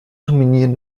dominieren